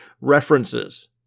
references